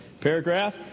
paragraph